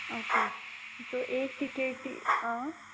okay so एक टिकेटी आ